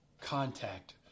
contact